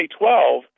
2012